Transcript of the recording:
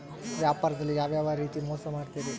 ವ್ಯಾಪಾರದಲ್ಲಿ ಯಾವ್ಯಾವ ರೇತಿ ಮೋಸ ಮಾಡ್ತಾರ್ರಿ?